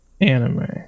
Anime